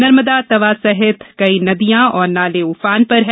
नर्मदा तवा सहित कई नदियां और नाले ऊफान पर हैं